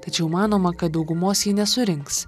tačiau manoma kad daugumos ji nesurinks